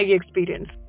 experience